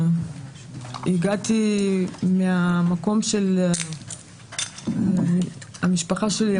הגעתי ממקום של המשפחה שלי,